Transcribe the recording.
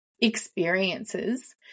Experiences